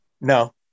No